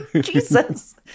Jesus